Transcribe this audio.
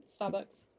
Starbucks